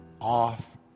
off